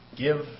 Give